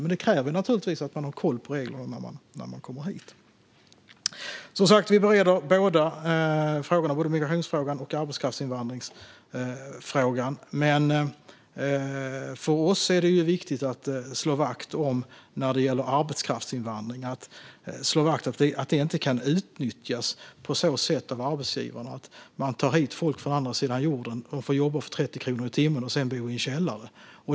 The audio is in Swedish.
Men det kräver naturligtvis att man har koll på reglerna när man kommer hit. Vi bereder som sagt var både migrationsfrågan och frågan om arbetskraftsinvandring. När det gäller arbetskraftsinvandring är det viktigt för oss att slå vakt om att det inte kan utnyttjas på så sätt att en arbetsgivare tar hit folk från andra sidan jorden som får jobba för 30 kronor i timmen och bo i en källare.